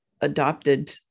adopted